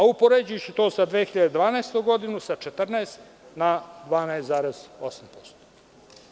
Upoređujući to sa 2012. godinu sa 14 na 12,8%